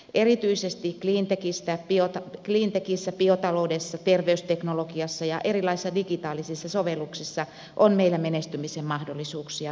erityisesti cleantechissä biotaloudessa terveysteknologiassa ja erilaisissa digitaalisissa sovelluksissa on meillä menestymisen mahdollisuuksia tulevaisuudessa